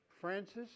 Francis